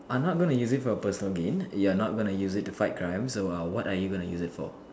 are not gonna use it for your personal gain you are not gonna use it to fight crimes so err what are you gonna use it for